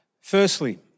Firstly